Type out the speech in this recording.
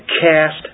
cast